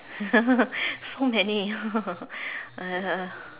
so many uh